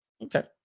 Okay